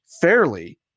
fairly